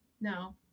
No